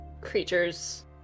creatures